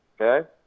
Okay